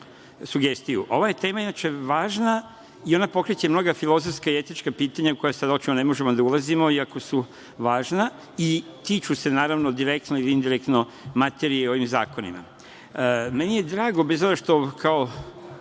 sugestiju. Ova tema je inače važna i ona pokreće mnoga filozofska i etička pitanja u koja sada ne možemo da ulazimo, iako su važna i tiču se naravno direktno ili indirektno materije ovih zakona. Meni je drago, bez obzira što kao